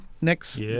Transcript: next